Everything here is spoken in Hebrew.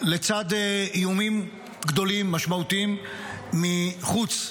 לצד איומים גדולים משמעותיים מחוץ,